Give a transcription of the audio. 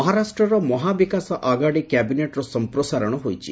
ମହାରାଷ୍ଟ୍ରର ମହାବିକାଶ ଆଗାଡ଼ି କ୍ୟାବିନଟ୍ର ସମ୍ପ୍ରସାରଣ ହୋଇଛି